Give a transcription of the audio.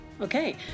Okay